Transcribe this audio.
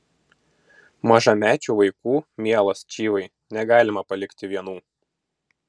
mažamečių vaikų mielas čyvai negalima palikti vienų